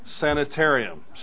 Sanitarium